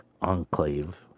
enclave